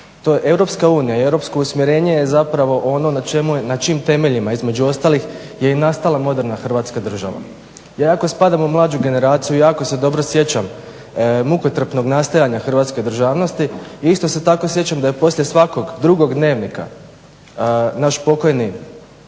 Europska unija i europsko usmjerenje je zapravo ono na čijim temeljima između ostalih je i nastala moderna Hrvatska država. Ja iako spadam u mlađu generaciju jako se dobro sjećam mukotrpnog nastajanja hrvatske državnosti i isto se tako sjećam da je poslije svakog Drugog dnevnika naš pokojni